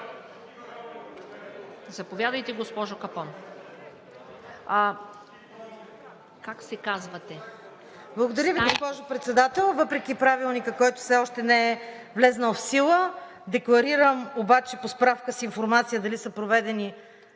Заповядайте, госпожо Капон. МАРИЯ КАПОН (ИСМВ): Благодаря Ви, госпожо Председател. Въпреки Правилника, който все още не е влязъл в сила, декларирам обаче по справка с информация дали са проведени